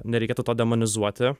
nereikėtų to demonizuoti